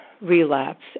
relapse